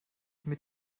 mit